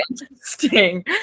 interesting